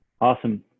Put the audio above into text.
Awesome